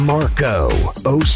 Marco